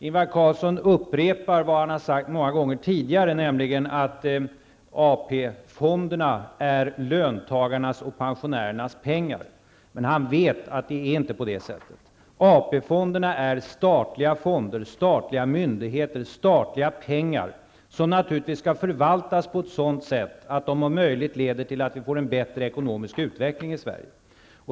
Ingvar Carlsson upprepar vad han har sagt många gånger tidigare, nämligen att AP-fonderna är löntagarnas och pensionärernas pengar. Men han vet att det inte är på det sättet. AP-fonderna är statliga fonder, statliga myndigheter, statliga pengar, som naturligtvis skall förvaltas på ett sådant sätt att de om möjligt leder till att vi får en bättre ekonomisk utveckling i Sverige.